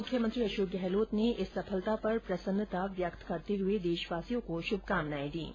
मुख्यमंत्री अशोक गहलोत ने इस सफलता पर प्रसन्नता व्यक्त करते हुए देशवासियों को बधाई दी है